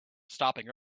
stopping